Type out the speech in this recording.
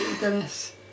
Dennis